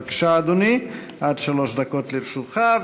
בבקשה, אדוני, עד שלוש דקות לרשותך.